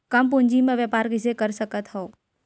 कम पूंजी म व्यापार कइसे कर सकत हव?